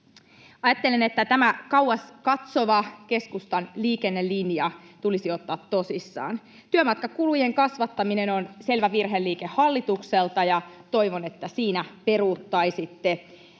Ajattelen, että tämä kauas katsova keskustan liikennelinja tulisi ottaa tosissaan. Työmatkakulujen kasvattaminen on selvä virheliike hallitukselta. Toivon, että siinä peruuttaisitte.